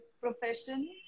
profession